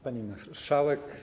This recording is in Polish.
Pani Marszałek!